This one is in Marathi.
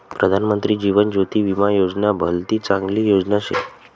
प्रधानमंत्री जीवन ज्योती विमा योजना भलती चांगली योजना शे